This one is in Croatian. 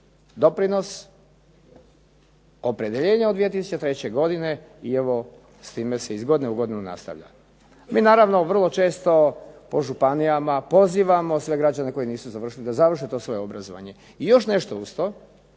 doprinos, opredjeljenje od 2003. godine i evo s time se iz godine u godinu nastavlja. Mi naravno vrlo često po županijama pozivamo sve građane koji nisu završili da završe svoje obrazovanje. I još nešto uz to.